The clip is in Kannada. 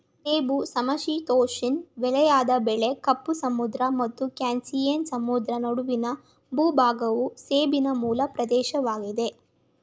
ಸೇಬು ಸಮಶೀತೋಷ್ಣ ವಲಯದ ಬೆಳೆ ಕಪ್ಪು ಸಮುದ್ರ ಮತ್ತು ಕ್ಯಾಸ್ಪಿಯನ್ ಸಮುದ್ರ ನಡುವಿನ ಭೂಭಾಗವು ಸೇಬಿನ ಮೂಲ ಪ್ರದೇಶವಾಗಿದೆ